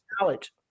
knowledge